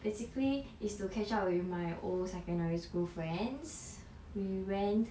basically is to catch up with old my secondary school friends we went